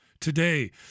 Today